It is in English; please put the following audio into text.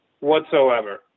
whatsoever